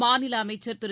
மாநில் அமைச்சர் திரு